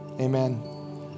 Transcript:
Amen